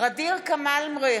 ע'דיר כמאל מריח,